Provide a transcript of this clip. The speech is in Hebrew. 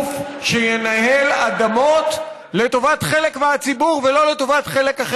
חברת הכנסת שולי מועלם,